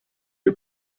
new